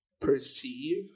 perceive